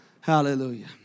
Hallelujah